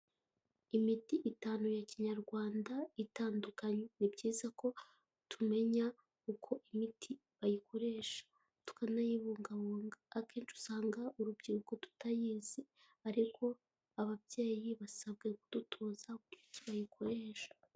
Imiti itanu ya kinyarwanda, itandukanye. Ni byiza ko, tumenya, uko imiti, bayikoresha. Tukanayibungabunga. Akenshi usanga urubyiruko tutayizi. Ariko ababyeyi, basabwa kudutoza, uburyo bayikoresha.